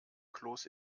kloß